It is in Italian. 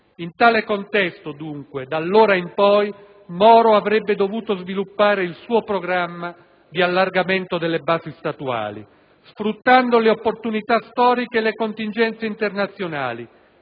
In tale contesto, dunque, da allora in poi Moro avrebbe dovuto sviluppare il suo programma di allargamento delle basi statuali, sfruttando le opportunità storiche e le contingenze internazionali